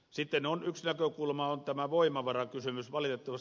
sitten yksi näkökulma on voimavarakysymys